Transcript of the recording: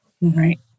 Right